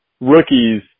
rookies